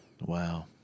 Wow